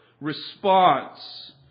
response